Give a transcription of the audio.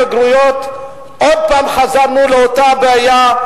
עוד פעם חזרנו לאותה בעיה,